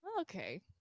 Okay